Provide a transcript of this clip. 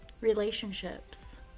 relationships